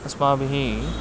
अस्माभिः